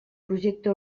projecte